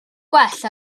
gwell